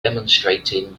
demonstrating